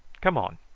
come on.